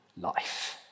life